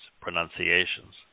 pronunciations